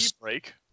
break